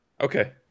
Okay